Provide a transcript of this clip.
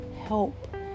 help